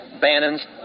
Bannon's